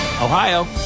Ohio